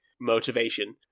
motivation